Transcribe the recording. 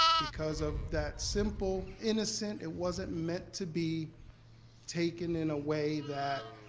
because of that simple, innocent, it wasn't meant to be taken in a way that,